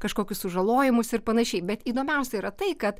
kažkokius sužalojimus ir panašiai bet įdomiausia yra tai kad